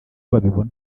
babibona